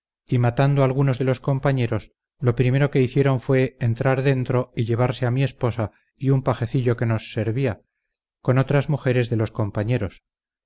y matando algunos de los compañeros lo primero que hicieron fue entrar dentro y llevarse a mi esposa y un pajecillo que nos servía con otras mujeres de los compañeros